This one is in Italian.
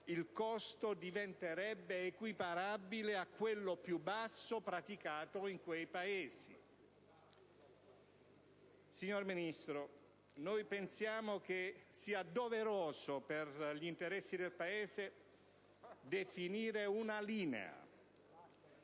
il costo diventerebbe equiparabile a quello più basso praticato in quei Paesi. Signor Ministro, noi pensiamo che sia doveroso per gli interessi del Paese definire una linea